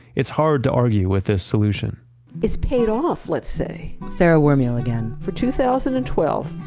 it's hard to argue with this solution it's paid off let's say sara wermiel again. for two thousand and twelve,